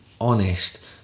honest